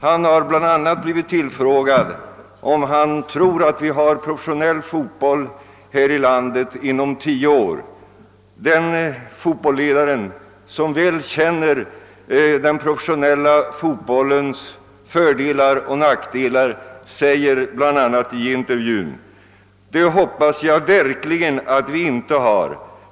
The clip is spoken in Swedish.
Han har blivit tillfrågad om han tror att vi har professionell fotboll här i landet inom tio år. Denna fotbolledare, som väl känner den professionella fotbollens fördelar och nackdelar, säger i intervjun bl.a.: »Det hoppas jag verkligen att vi inte har.